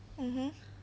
mmhmm